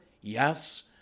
Yes